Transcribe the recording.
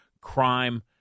crime